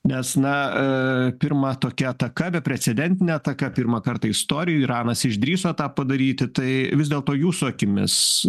nes na pirma tokia ataka beprecedentinė ataka pirmą kartą istorijoj iranas išdrįso tą padaryti tai vis dėlto jūsų akimis